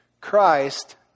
Christ